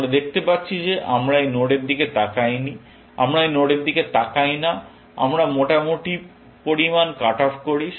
আমরা দেখতে পাচ্ছি যে আমরা এই নোডের দিকে তাকাইনি আমরা এই নোডের দিকে তাকাই না এবং আমরা মোটামুটি পরিমাণ কাট অফ করি